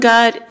God